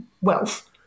wealth